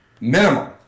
minimum